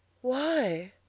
why?